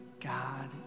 God